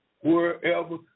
wherever